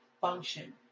function